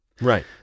Right